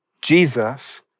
Jesus